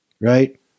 right